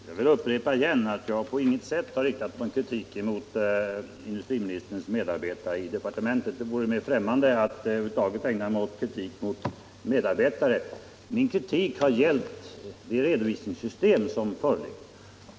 Herr talman! Jag vill upprepa att jag på intet sätt har riktat någon kritik mot industriministerns medarbetare i departementet. Det vare mig främmande att över huvud taget ägna mig åt kritik mot tjänstemän. Min kritik har bl.a. gällt det redovisningssystem vi haft.